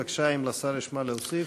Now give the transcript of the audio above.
בבקשה, אם לשר יש מה להוסיף.